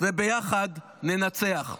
וביחד ננצח.